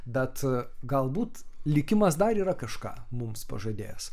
bet galbūt likimas dar yra kažką mums pažadėjęs